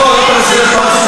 חברת הכנסת בוקר,